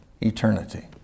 eternity